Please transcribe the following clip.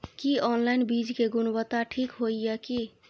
की online बीज के गुणवत्ता ठीक होय ये की?